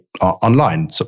online